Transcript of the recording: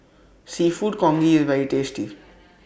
Seafood Congee IS very tasty